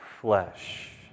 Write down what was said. flesh